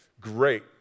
great